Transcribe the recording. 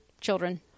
Children